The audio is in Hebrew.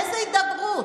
איזה הידברות?